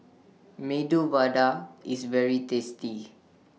Medu Vada IS very tasty